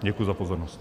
Děkuji za pozornost.